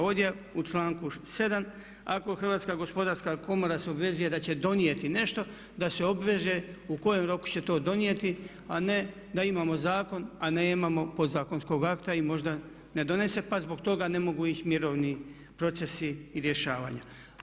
Ovdje u članku 7. ako Hrvatska gospodarska komora se obvezuje da će donijeti nešto, da se obveže u kojem roku će to donijeti a ne da imamo zakon a nemamo podzakonskog akta i možda ne donese pa zbog toga ne mogu ići mirovni procesi i rješavanja.